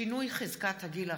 (שינוי חזקת הגיל הרך),